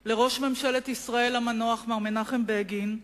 של ראש ממשלת ישראל המנוח מנחם בגין,